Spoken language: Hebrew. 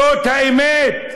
זאת האמת.